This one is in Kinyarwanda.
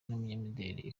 n’umunyamideli